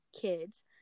kids